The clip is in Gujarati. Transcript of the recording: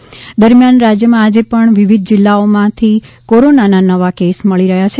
કોરોના અપડેટ દરમ્યાન રાજયમાં આજે પણ વિવિધ જિલ્લાઓમાંથી કોરોનાના નવા કેસ મળી રહ્યા છે